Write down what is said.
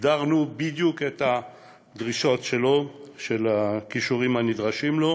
הגדרנו בדיוק את הדרישות של הכישורים הנדרשים לו,